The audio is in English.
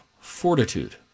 fortitude